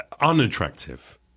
unattractive